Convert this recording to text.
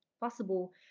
possible